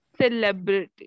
celebrity